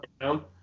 down